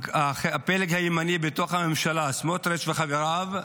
שהפלג הימני בתוך הממשלה, סמוטריץ' וחבריו,